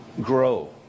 grow